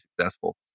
successful